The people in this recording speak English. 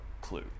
clue